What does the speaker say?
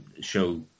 show